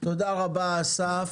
תודה רבה, אסף.